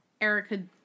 Erica